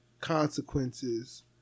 consequences